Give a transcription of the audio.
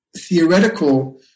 theoretical